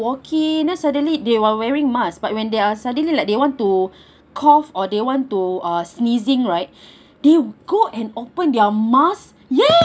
walking then suddenly they while wearing masks but when there are suddenly like they want to cough or they want to uh sneezing right they go and open their mask